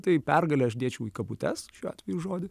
tai pergalę aš dėčiau į kabutes šiuo atveju žodį